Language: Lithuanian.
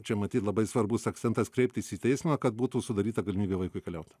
čia matyt labai svarbus akcentas kreiptis į teismą kad būtų sudaryta galimybė vaikui keliaut